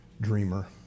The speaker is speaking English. dreamer